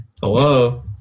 Hello